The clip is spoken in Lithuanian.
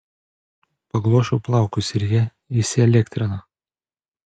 paglosčiau plaukus ir jie įsielektrino